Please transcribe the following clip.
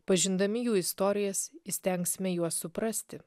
pažindami jų istorijas įstengsime juos suprasti